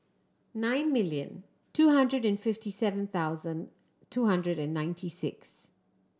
nine million two hundred and fifty seven thousand two hundred and ninety six